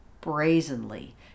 brazenly